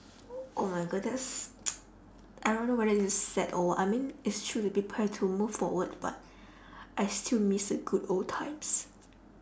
oh my god that's I don't know whether is it sad or what I mean it's true the people have move forward but I still miss the good old times